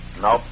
Nope